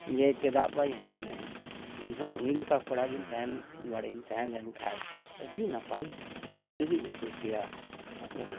ᱡᱮ ᱪᱮᱫᱟᱜ ᱵᱟᱹᱧ ᱦᱟᱲᱟᱢᱮᱱ ᱤᱧᱦᱚᱸ ᱩᱱᱤ ᱞᱮᱠᱟ ᱠᱚᱲᱟ ᱜᱤᱧ ᱵᱟᱲᱮᱧ ᱛᱟᱦᱮᱸ ᱞᱮᱱᱠᱷᱟᱱ ᱟᱹᱰᱤ ᱱᱟᱯᱟᱭ ᱨᱟᱹᱥᱠᱟᱹ ᱜᱤᱧ ᱟᱹᱭᱠᱟᱹᱣ ᱠᱮᱭᱟ ᱦᱮᱸ ᱥᱟᱨᱤ